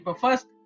first